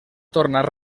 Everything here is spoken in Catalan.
tornar